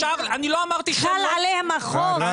אני לא אמרתי שהם לא --- חל עליהם החוק,